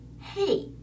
hey